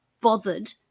bothered